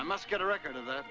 i must get a record of th